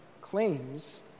claims